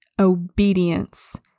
obedience